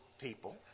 people